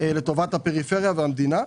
לטובת הפריפריה והמדינה.